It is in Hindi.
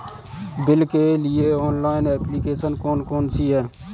बिल के लिए ऑनलाइन एप्लीकेशन कौन कौन सी हैं?